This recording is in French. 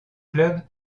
club